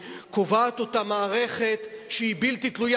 שקובעת אותה מערכת שהיא בלתי תלויה,